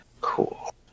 Cool